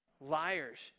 Liars